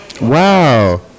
wow